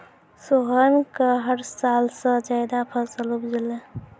सोहन कॅ हर साल स ज्यादा फसल उपजलै